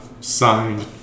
signed